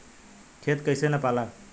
खेत कैसे नपाला?